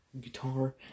Guitar